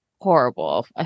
Horrible